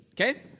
okay